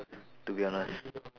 to be honest